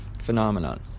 phenomenon